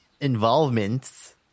involvements